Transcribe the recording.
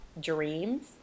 dreams